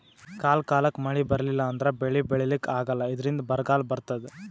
ಕಾಲ್ ಕಾಲಕ್ಕ್ ಮಳಿ ಬರ್ಲಿಲ್ಲ ಅಂದ್ರ ಬೆಳಿ ಬೆಳಿಲಿಕ್ಕ್ ಆಗಲ್ಲ ಇದ್ರಿಂದ್ ಬರ್ಗಾಲ್ ಬರ್ತದ್